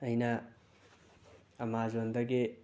ꯑꯩꯅ ꯑꯃꯥꯖꯣꯟꯗꯒꯤ